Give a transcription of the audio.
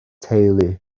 teulu